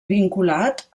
vinculat